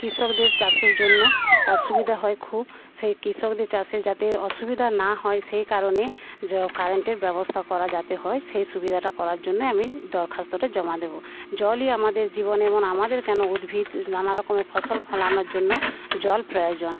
কৃষকদের চাষের জন্য অসুবিধা হয় খুব সেই কৃষকদের চাষে যাতে অসুবিধা না হয় সেই কারণে জ কারেন্টের ব্যবস্থা করা যাতে হয় সেই সুবিধাটা করার জন্যে আমি দরখাস্তটা জমা দেবো জলই আমাদের জীবন এবং আমাদের কেন উদ্ভিদ নানারকমের ফসল ফলানোর জন্য জল প্রয়োজন